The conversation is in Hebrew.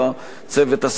צוות הסדרנים,